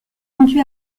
rendus